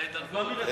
על ההתנתקות?